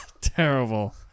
terrible